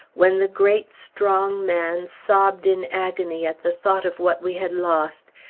when the great, strong man sobbed in agony at the thought of what we had lost,